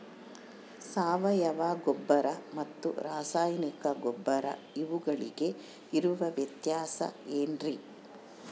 ಸಾವಯವ ಗೊಬ್ಬರ ಮತ್ತು ರಾಸಾಯನಿಕ ಗೊಬ್ಬರ ಇವುಗಳಿಗೆ ಇರುವ ವ್ಯತ್ಯಾಸ ಏನ್ರಿ?